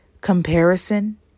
comparison